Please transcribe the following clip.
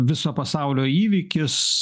viso pasaulio įvykis